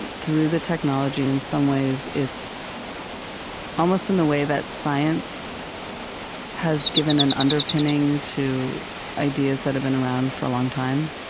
and through the technology in some ways, it's almost in the way that science has given an underpinning to ideas that have been around for a long time.